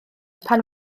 pan